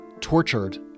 tortured